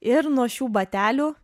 ir nuo šių batelių